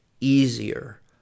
easier